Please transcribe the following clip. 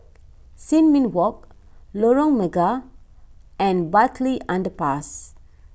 Sin Ming Walk Lorong Mega and Bartley Underpass